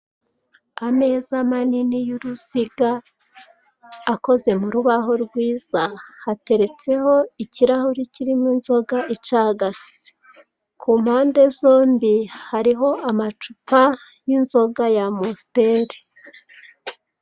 Ameza manini y'uruziga, akoze mu rubaho rwiza, hateretseho ikirahuri kirimo inzoga icagase. Ku mpande zombi hariho amacupa y'inzoga ya Amusiteri.